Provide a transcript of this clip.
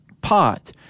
pot